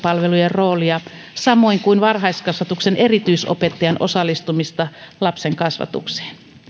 roolia samoin kuin varhaiskasvatuksen erityisopettajan osallistumista lapsen kasvatukseen